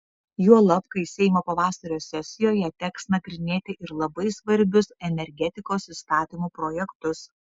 juolab kai seimo pavasario sesijoje teks nagrinėti ir labai svarbius energetikos įstatymų projektus